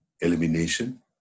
elimination